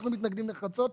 אנחנו מתנגדים נחרצות.